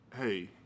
hey